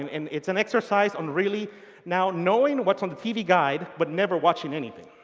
and it's an exercise on really now knowing what's on the tv guide but never watching anything.